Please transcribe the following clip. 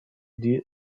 die